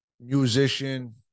musician